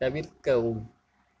தவிர்க்கவும்